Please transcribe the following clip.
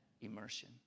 immersion